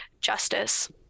justice